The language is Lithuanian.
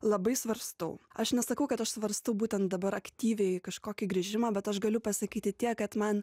labai svarstau aš nesakau kad aš svarstau būtent dabar aktyviai kažkokį grįžimą bet aš galiu pasakyti tiek kad man